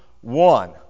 one